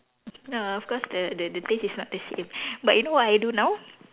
ya of course the the the taste is not the same but you know what I do now